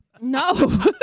No